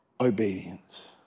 obedience